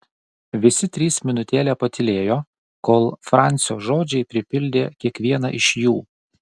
visi trys minutėlę patylėjo kol francio žodžiai pripildė kiekvieną iš jų